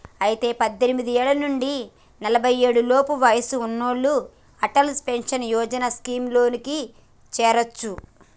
అయితే పద్దెనిమిది ఏళ్ల నుంచి నలఫై ఏడు లోపు వయసు ఉన్నోళ్లు అటల్ పెన్షన్ యోజన స్కీమ్ లో చేరొచ్చు